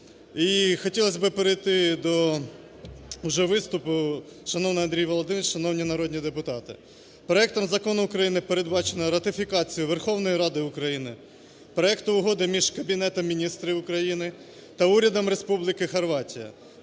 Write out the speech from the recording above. хотілось би перейти вже до виступу. Шановний Андрій Володимирович, шановні народні депутати! Проектом закону України передбачено ратифікацію Верховною Радою України проекту Угоди між Кабінетом Міністрів України та Урядом Республіки Хорватія